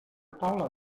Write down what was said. taula